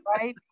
right